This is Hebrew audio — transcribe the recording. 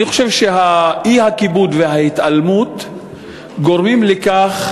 אני חושב שהאי-כיבוד וההתעלמות גורמים לכך